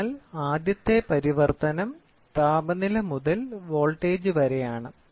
അതിനാൽ ആദ്യത്തെ പരിവർത്തനം താപനില മുതൽ വോൾട്ടേജ് വരെയാണ്